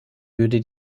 würde